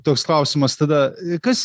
toks klausimas tada kas